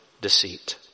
deceit